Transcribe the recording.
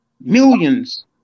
Millions